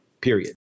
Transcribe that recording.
period